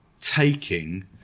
taking